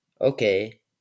Okay